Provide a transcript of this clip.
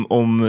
om